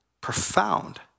Profound